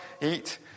eat